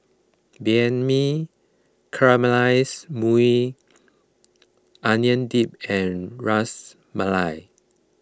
Banh Mi Caramelized Maui Onion Dip and Ras Malai